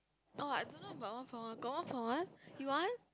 oh I don't know buy one free one got one you want